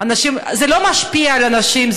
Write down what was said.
זה לא משפיע על אנשים,